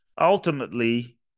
Ultimately